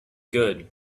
good